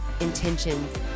intentions